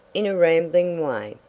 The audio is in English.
in a rambling way,